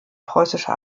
preußische